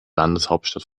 landeshauptstadt